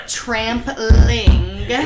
trampling